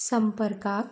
संपर्काक